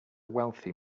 wealthy